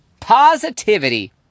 positivity